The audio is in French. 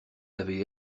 avez